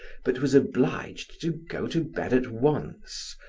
but was obliged to go to bed at once,